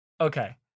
Okay